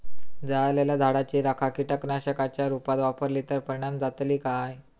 जळालेल्या झाडाची रखा कीटकनाशकांच्या रुपात वापरली तर परिणाम जातली काय?